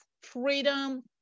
freedom